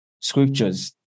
scriptures